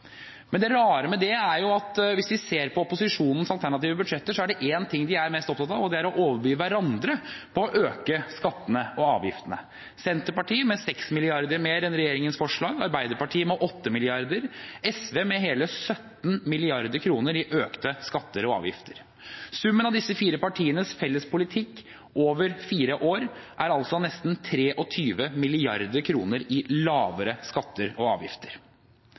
Men det rare med det er at hvis vi ser på opposisjonens alternative budsjetter, er det de er mest opptatt av, å overby hverandre på å øke skattene og avgiftene – Senterpartiet med 6 mrd. kr mer enn regjeringens forslag, Arbeiderpartiet med 8 mrd. kr, SV med hele 17 mrd. kr i økte skatter og avgifter. Summen av våre fire partiers felles politikk over fire år er altså nesten 23 mrd. kr i lavere skatter og avgifter.